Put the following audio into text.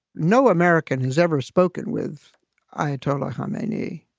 no american has ever spoken with ayatollah khomeini.